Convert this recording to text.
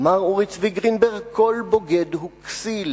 אמר אורי צבי גרינברג "כל בוגד הוא כסיל",